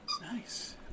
Nice